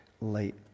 light